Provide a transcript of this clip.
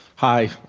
hi.